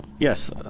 Yes